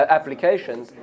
Applications